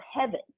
heaven